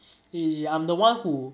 is it I'm the [one] who